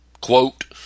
quote